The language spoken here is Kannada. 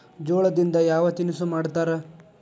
ಜೋಳದಿಂದ ಯಾವ ತಿನಸು ಮಾಡತಾರ?